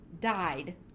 died